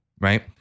right